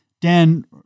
Dan